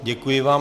Děkuji vám.